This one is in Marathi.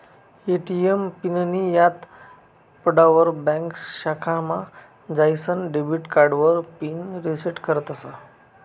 ए.टी.एम पिननीं याद पडावर ब्यांक शाखामा जाईसन डेबिट कार्डावर पिन रिसेट करतस